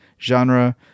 genre